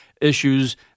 issues